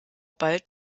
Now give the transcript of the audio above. bald